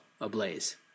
ablaze